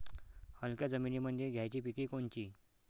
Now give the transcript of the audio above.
हलक्या जमीनीमंदी घ्यायची पिके कोनची?